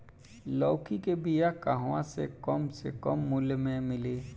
लौकी के बिया कहवा से कम से कम मूल्य मे मिली?